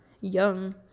young